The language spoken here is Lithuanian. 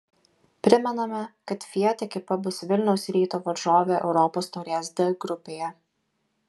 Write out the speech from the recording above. primename kad fiat ekipa bus vilniaus ryto varžovė europos taurės d grupėje